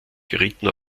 gerieten